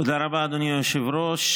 תודה רבה, אדוני היושב-ראש.